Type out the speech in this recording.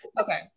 Okay